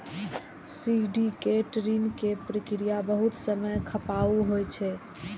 syndicate ऋण के प्रक्रिया बहुत समय खपाऊ होइ छै